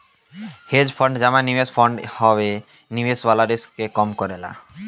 hedge fund जमा निवेश fund हवे इ निवेश वाला रिस्क के कम करेला